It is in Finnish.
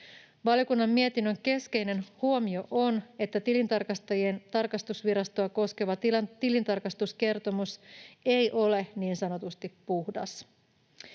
Valiokunnan mietinnön keskeinen huomio on, että tilintarkastajien tarkastusvirastoa koskeva tilintarkastuskertomus ei ole niin sanotusti puhdas.